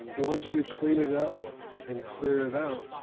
once you clean it up and clear it out,